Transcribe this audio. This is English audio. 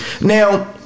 Now